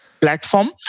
platform